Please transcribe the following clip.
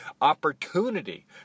opportunity